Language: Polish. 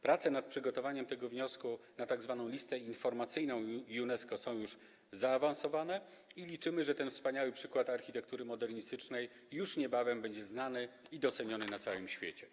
Prace nad przygotowaniem tego wniosku, wpisaniem tego na tzw. listę informacyjną UNESCO, są już zaawansowane i liczymy, że ten wspaniały przykład architektury modernistycznej już niebawem będzie znany i doceniony na całym świecie.